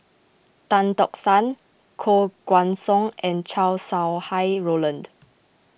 Tan Tock San Koh Guan Song and Chow Sau Hai Roland